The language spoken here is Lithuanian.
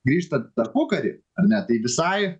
grįžtant į tarpukarį ar ne tai visai